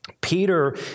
Peter